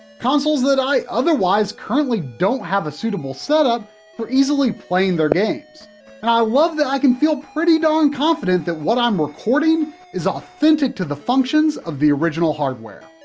consoles that i otherwise currently don't have suitable setup for easily playing their games. and i love that i can feel pretty darn and confident that what i'm recording is authentic to the functions of the original hardware.